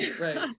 right